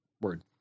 word